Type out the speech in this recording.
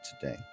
today